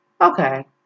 okay